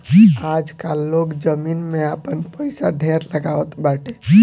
आजकाल लोग जमीन में आपन पईसा ढेर लगावत बाटे